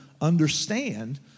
understand